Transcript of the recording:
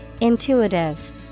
Intuitive